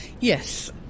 Yes